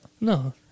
No